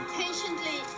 patiently